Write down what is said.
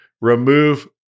remove